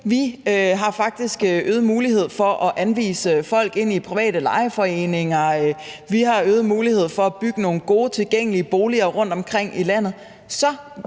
faktisk øgede muligheder for at anvise folk til private lejerforeninger; vi har øgede muligheder for at bygge nogle gode, tilgængelige boliger rundtomkring i landet.